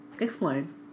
explain